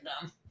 dumb